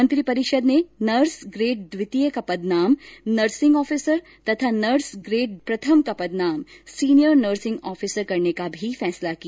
मंत्रिपरिषद ने nurse grade द्वितीय का पदनाम नर्सिंग ऑफिसर तथा नर्स ग्रेड प्रथम का पदनाम सीनियर नर्सिंग ऑफिसर करने का भी फैसला किया